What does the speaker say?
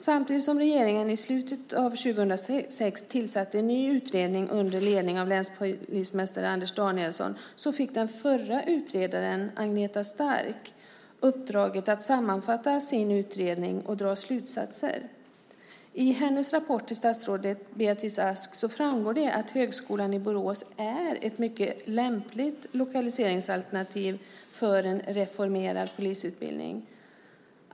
Samtidigt som regeringen i slutet av 2006 tillsatte en ny utredning under ledning av länspolismästare Anders Danielsson fick den förra utredaren, Agneta Stark, uppdraget att sammanfatta sin utredning och dra slutsatser. I hennes rapport till statsrådet Beatrice Ask framgår att Högskolan i Borås är ett mycket lämpligt lokaliseringsalternativ för en reformerad polisutbildning.